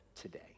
today